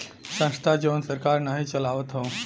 संस्था जवन सरकार नाही चलावत हौ